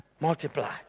multiply